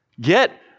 Get